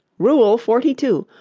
rule forty-two.